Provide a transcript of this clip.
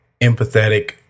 empathetic